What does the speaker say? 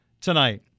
tonight